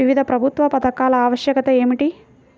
వివిధ ప్రభుత్వ పథకాల ఆవశ్యకత ఏమిటీ?